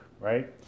right